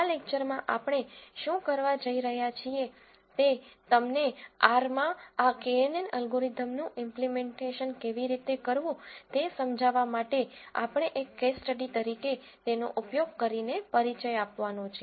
આ લેકચરમાં આપણે શું કરવા જઈ રહ્યા છીએ તે તમને R માં આ kNN અલ્ગોરિધમનું ઈમ્પલીમેન્ટેશન કેવી રીતે કરવું તે સમજાવવા માટે આપણે એક કેસ સ્ટડી તરીકે તેનો ઉપયોગ કરીને પરિચય આપવાનો છે